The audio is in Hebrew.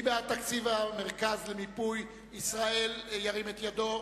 מי בעד תקציב המרכז למיפוי ישראל, ירים את ידו.